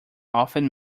often